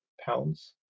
pounds